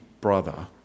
brother